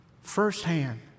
firsthand